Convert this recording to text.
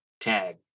tag